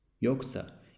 Yoksa